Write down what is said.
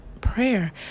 prayer